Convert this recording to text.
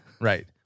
Right